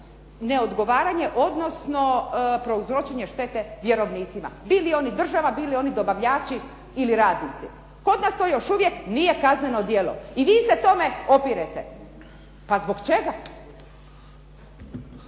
neodgovaranje, odnosno prouzročenje štete vjerovnicima bili oni država, bili oni dobavljači ili radnici. Kod nas to još uvijek nije kazneno djelo i vi se tome opirete. Pa zbog čega?